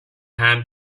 hand